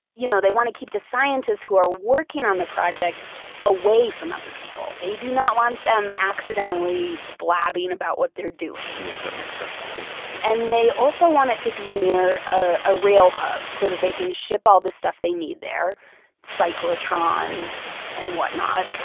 you know they want to keep the scientists who are working on the project away from other people. they do not want them accidentally blabbing about what they're doing yeah, that makes sense too and they also want it to be near a ah rail hub so that they can ship all the stuff they need there cyclotrons and whatnot.